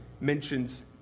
mentions